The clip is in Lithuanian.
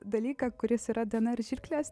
dalyką kuris yra dnr žirklės